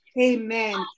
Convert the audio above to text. Amen